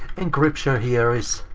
encryption here is